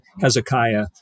Hezekiah